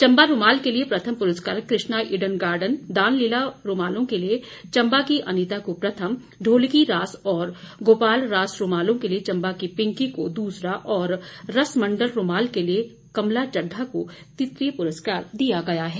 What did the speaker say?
चंबा रूमाल के लिए प्रथम पुरस्कार कृष्णा ईडन गार्डन दान लीला रूमालों के लिए चंबा की अनीता को प्रथम ढोलकी रास और गोपाल रास रूमालों के लिए चंबा की पिंकी को दूसरा और रसमंडल रूमाल के लिए कमला चढ्ढा को तृतीय पुरस्कार दिया गया है